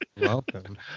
Welcome